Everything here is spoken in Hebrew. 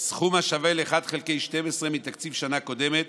סכום השווה ל-1 חלקי 12 מתקציב השנה הקודמת